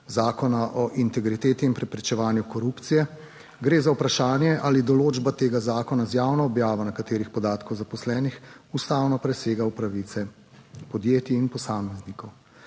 Zakona o integriteti in preprečevanju korupcije. Gre za vprašanje, ali določba tega zakona z javno objavo nekaterih podatkov zaposlenih ustavno presega, v pravice podjetij in posameznikov.